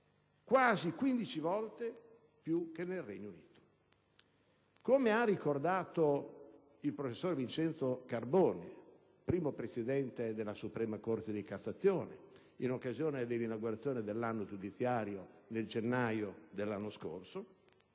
quindici volte in più rispetto al Regno Unito. Come ha ricordato il professor Vincenzo Carbone, primo presidente della Suprema corte di cassazione, in occasione dell'inaugurazione dell'anno giudiziario nel gennaio dell'anno scorso,